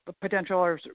potential